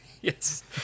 Yes